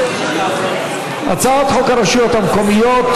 אנחנו עוברים להצעת חוק הרשויות המקומיות